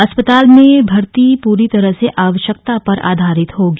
अस्पताल में भर्ती पूरी तरह से आवश्यकता पर आधारित होगी